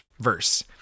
verse